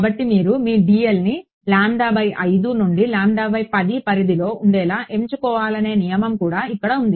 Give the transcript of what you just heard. కాబట్టి మీరు మీ dlని నుండి పరిధిలో ఉండేలా ఎంచుకోవాలనే నియమం కూడా ఇక్కడ ఉంది